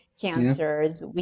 cancers